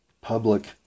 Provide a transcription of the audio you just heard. public